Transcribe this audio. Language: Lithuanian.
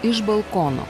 iš balkono